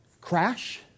crash